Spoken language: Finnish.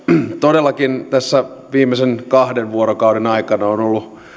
todellakin tässä viimeisen kahden vuorokauden aikana on ollut